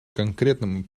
конкретным